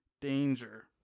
Danger